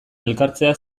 elkartzea